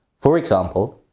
for example